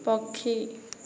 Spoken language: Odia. ପକ୍ଷୀ